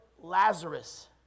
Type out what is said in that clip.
Lazarus